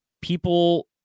people